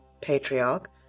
patriarch